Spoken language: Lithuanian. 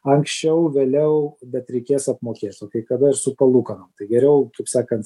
anksčiau vėliau bet reikės apmokėt o kai kada ir su palūkanom tai geriau kaip sakant